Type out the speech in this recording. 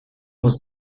was